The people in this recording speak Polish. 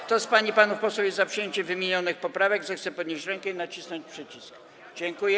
Kto z pań i panów posłów jest za przyjęciem wymienionych poprawek, zechce podnieść rękę i nacisnąć przycisk.